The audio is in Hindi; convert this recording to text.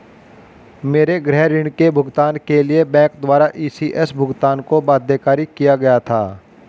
मेरे गृह ऋण के भुगतान के लिए बैंक द्वारा इ.सी.एस भुगतान को बाध्यकारी किया गया था